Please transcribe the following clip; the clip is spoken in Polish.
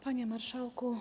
Panie Marszałku!